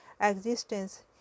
existence